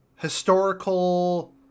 Historical